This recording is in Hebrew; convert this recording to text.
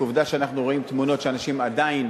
עובדה שאנחנו רואים תמונות שאנשים עדיין